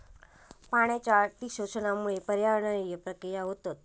पाण्याच्या अती शोषणामुळा पर्यावरणीय प्रक्रिया होतत